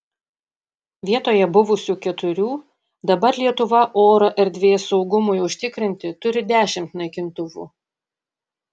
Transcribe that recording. vietoje buvusių keturių dabar lietuva oro erdvės saugumui užtikrinti turi dešimt naikintuvų